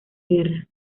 guerra